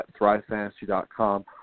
thrivefantasy.com